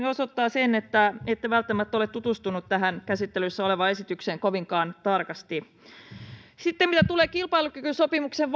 osoittaa sen että ette välttämättä ole tutustunut tähän käsittelyssä olevaan esitykseen kovinkaan tarkasti mitä tulee kilpailukykysopimuksen